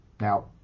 Now